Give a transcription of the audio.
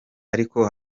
ariko